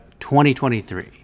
2023